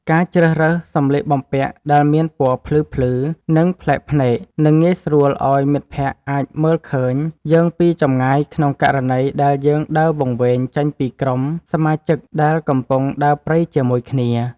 ការជ្រើសរើសសំលៀកបំពាក់ដែលមានពណ៌ភ្លឺៗ និង ប្លែកភ្នែកនឹងងាយស្រួលឱ្យមិត្តភក្តិអាចមើលឃើញយើងពីចម្ងាយក្នុងករណីដែលយើងដើរវង្វេងចេញពីក្រុមសមាជិកដែលកំពុងដើរព្រៃជាមួយគ្នា។